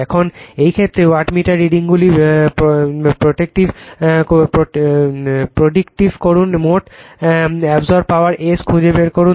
এখন এই ক্ষেত্রে ওয়াটমিটার রিডিংগুলি প্রেডিক্ট করুন মোট এ্যবসর্বড পাওয়ার s খুঁজে বের করুন